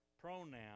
pronoun